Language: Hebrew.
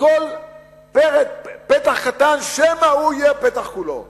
מכל פתח קטן שמא הוא יהיה הפתח כולו.